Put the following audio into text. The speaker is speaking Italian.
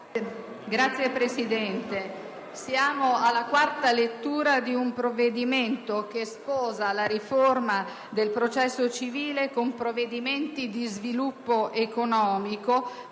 Signor Presidente, siamo alla quarta lettura di un provvedimento che sposa la riforma del processo civile con interventi di sviluppo economico